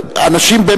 אנשים,